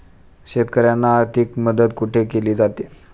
शेतकऱ्यांना आर्थिक मदत कुठे केली जाते?